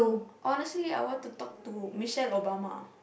honestly I want to talk to Michelle Obama